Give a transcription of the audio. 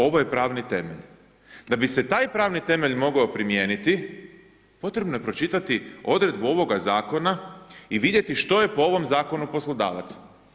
Ovo je pravni temelj, da bi se taj pravni temelj mogao primijeniti, potrebno je pročitati odredbu ovoga Zakona i vidjeti što je po ovome Zakonu poslodavac.